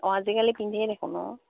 অঁ আজিকালি পিন্ধেই দেখোন ন